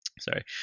sorry